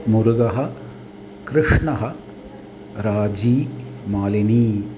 मुरुगः कृष्णः राजी मालिनी